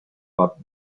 but